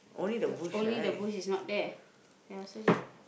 only the bush is not there ya so